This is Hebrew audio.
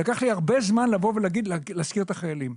לקח לי הרבה זמן לבוא ולהזכיר את החיילים.